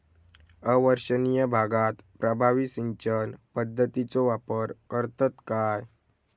अवर्षणिय भागात प्रभावी सिंचन पद्धतीचो वापर करतत काय?